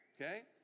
Okay